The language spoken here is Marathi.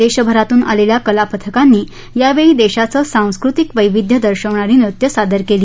देशभरातून आलेल्या कलापथकांनी यावेळी देशाचं सांस्कृतिक वविध्य दर्शवणारी नृत्यं सादर केली